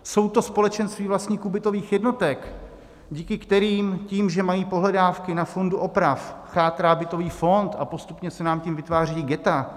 Jsou to společenství vlastníků bytových jednotek, díky kterým tím, že mají pohledávky na fondu oprav, chátrá bytový fond a postupně se nám tím vytvářejí ghetta.